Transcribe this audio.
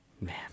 Man